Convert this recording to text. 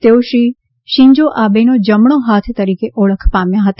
તેઓ શ્રી શિંજો આબેનો જમણો હાથ તરીકે ઓળખ પામ્યા હતા